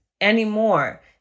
anymore